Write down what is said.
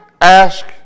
ask